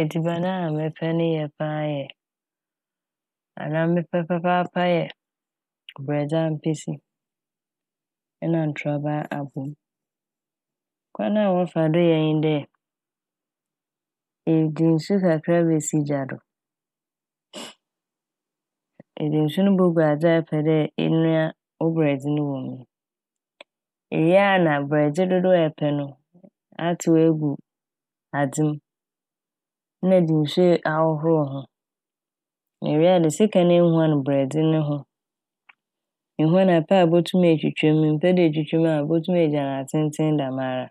Edziban a mepɛ ne yɛ paa yɛ anaa mepɛ papaapa yɛ borɛdze ampesi nna ntrɔba abom. Kwan a wɔfa do yɛ nye dɛ, edze nsu kakra besi gya do Edze nsu no bogu adze a epɛ dɛ enoaa wo borɛdze me wɔ m' no ewie na borɛdze dodow a epɛ no atsew egu adze m' na ede nsu ahohoor ho na ewie a edze sekan ehuan borɛdze no ho. Ehuan a ɛpɛ a ebotum etwitwa m', mmpɛ dɛ ebotwitwa m' botum egyaa ne atsentsen dɛmara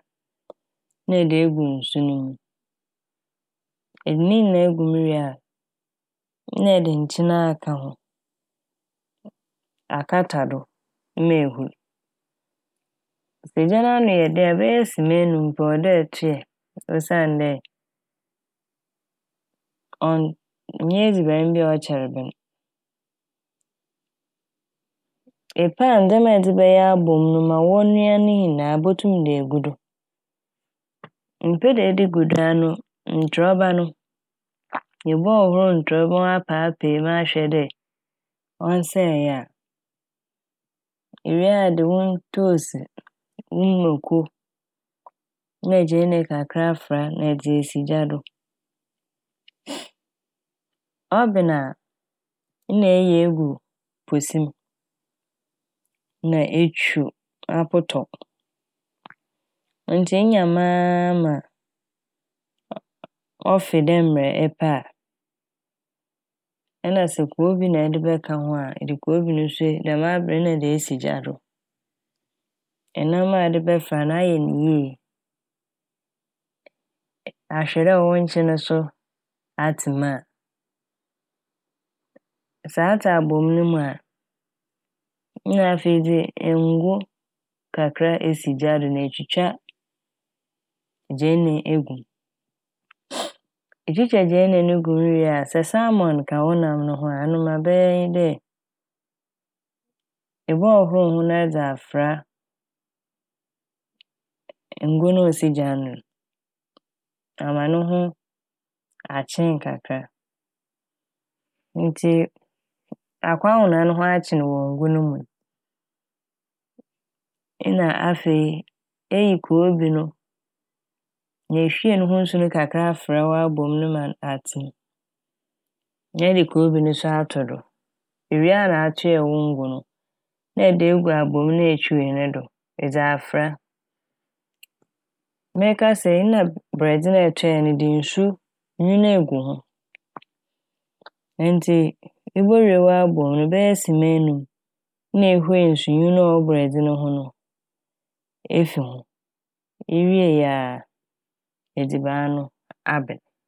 na ede egu nsu no mu. Ede ne nyinara gu nsu no mu no wie a na ede nkyen aka ho, akata do ma eehur. Egya n'ano yɛ den a bɛyɛ sema enum mpo ɔwɔ dɛ ɛtɔe osiandɛ ɔnnyɛ edziban bi a ɔkyɛr ben. Epɛ a ndzɛma a ɛdze bɛyɛ abom no ma wɔnoa ne nyinaa ibotum de egu do. Mmpɛ dɛ ɛde gu do a ɔno ntrɔba no ebɔhohor ntrɔba ho apaepae m' ahwɛ dɛ ɔnnsɛe a. Iwie a ede wo ntoose, ne muoko, na gyeene kakra a afora na edze esi gya do. Ɔben a na eyi egu pose m' na etwuw, apotɔw ntsi eyam aaaama ɔfe dɛ mbrɛ ɛpɛ a nna sɛ koobi na ɛde bɛka ho a ede koobi no so es- dɛm aber no so na ede esi gya do. Enam a ɛde bɛfora no ayɛ ne yie, aa- ahwɛ dɛ wo nkyen so atse mu a. Sɛ atse abom no mu a na afei edze ngo kakra esi gya do na etwitwa gyeene de egu m' Etwitwa gyeene ne gu mu wie a sɛ "salmon" ka wo nam no ho a ɔno ma ebɛyɛ ne dɛ ɛbɔhohoor ho na ɛdze afora nn- ngo no a osi gya no do ama no ho akyen kakra ntsi akwahona no ho akye wɔ ngo no mu n' nna afei eyi koobi no na ehwie no ho nsu kakra afora w'abom no ma atse m' na ede koobi no so ato do. Ewie na atɔe wo ngo no na ede egu abom na etwutwui no do edze afora, merekasa yi nna bor- borɛdze na etɔe no ede nsu nwin egu ho ntsi ibowie w'abom no bɛyɛ sema enum na ehuei nsu nwin na ɔwɔ borɛdze no ho efi ho, iwie aa edziban no aben.